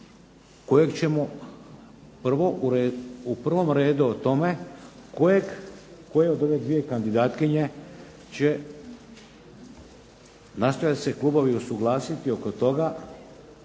kojeg ćemo prvo, u prvom redu o tome kojeg, koje od ove dvije kandidatkinje će nastojati se klubovi usuglasiti oko toga